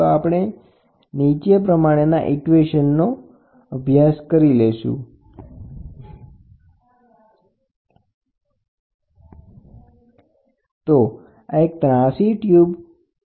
જુઓ સાંકડી ટ્યુબ અને પહોળી ટ્યુબના આડછેદ વિસ્તારનો ગુણોત્તર એટલે કે એ ખૂબ નાનો હોય તો તેને નકારી પણ શકાય છે